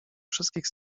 wszystkich